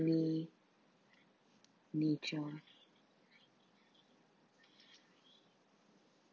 ~ly nature